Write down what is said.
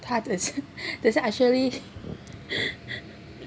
等一下 actually